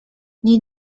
nie